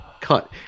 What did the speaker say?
cut